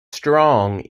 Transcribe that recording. strong